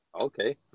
okay